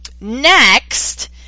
next